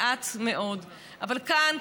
אבל כאן,